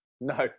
No